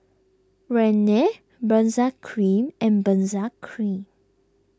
Rene Benzac Cream and Benzac Cream